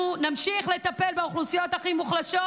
אנחנו נמשיך לטפל באוכלוסיות הכי מוחלשות,